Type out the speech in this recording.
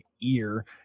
ear